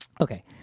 Okay